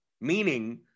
Meaning